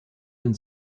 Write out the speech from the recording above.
denn